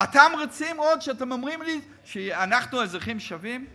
ואתם עוד אומרים לי שאנחנו אזרחים שווים?